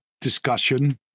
discussion